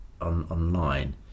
online